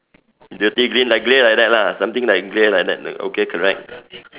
dirty green like grey like that lah something like grey like that okay correct